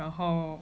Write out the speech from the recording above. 然后